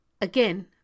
again